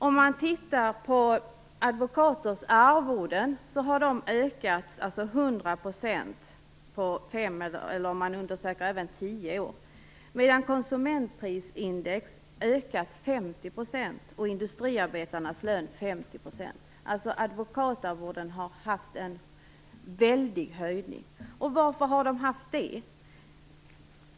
Om man tittar på advokaternas arvoden har dessa ökat med 100 % på tio år medan konsumentprisindex och industriarbetarnas löner har ökat med 50 %. Advokatarvodena har alltså fått en väldig höjning. Varför har de då det?